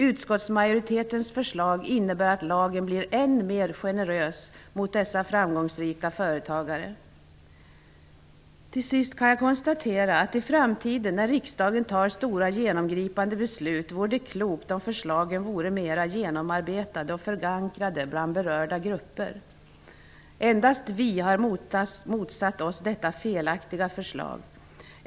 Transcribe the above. Utskottsmajoritetens förslag innebär att lagen blir ännu generösare gentemot framgångsrika företagare. Till sist kan jag konstatera att det, i framtiden när riksdagen fattar stora genomgripande beslut, vore klokt om förslagen var mera genomarbetade och förankrade hos berörda grupper. Endast vi har motsatt oss detta felaktiga förslag.